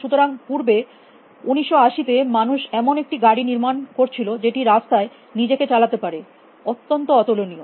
সুতরাং পূর্বে 1980তে মানুষ এমন একটি গাড়ি নির্মাণ করছিল যেটি রাস্তায় নিজেকে চালাতে পারে অত্যন্ত অতুলনীয়